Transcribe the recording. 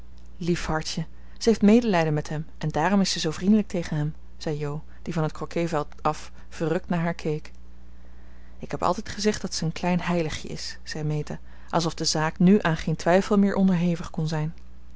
lief hartje ze heeft medelijden met hem en daarom is ze zoo vriendelijk tegen hem zei jo die van het crocketveld af verrukt naar haar keek ik heb altijd gezegd dat zij een klein heiligje is zei meta alsof de zaak nu aan geen twijfel meer onderhevig kon zijn